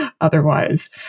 otherwise